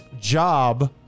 job